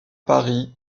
paris